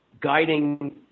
guiding